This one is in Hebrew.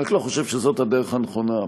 אני רק לא חושב שזאת הדרך הנכונה.